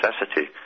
necessity